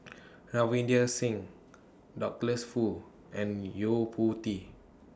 Ravinder Singh Douglas Foo and Yo Po Tee